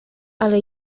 ale